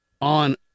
on